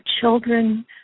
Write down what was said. children